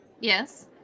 yes